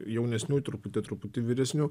jaunesnių truputį truputį vyresnių